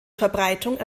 verbreitung